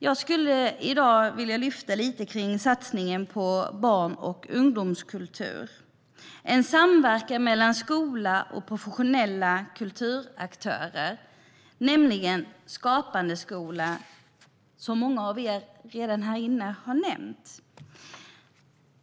Jag vill i dag lyfta fram satsningen på barn och ungdomskultur, en samverkan mellan skola och professionella kulturaktörer, nämligen Skapande skola, som många av er redan har nämnt.